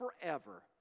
forever